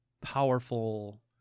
powerful